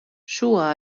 შუა